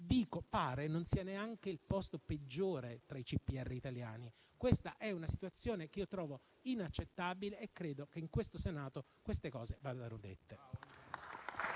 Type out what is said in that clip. Milano pare non sia neanche il posto peggiore tra i CPR italiani. Questa è una situazione che trovo inaccettabile e credo che in questo Senato queste cose vadano dette.